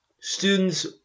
Students